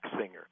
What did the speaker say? singer